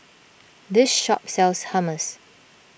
this shop sells Hummus